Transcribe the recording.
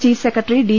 chief secretary D